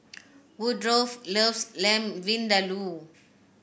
Woodrow loves Lamb Vindaloo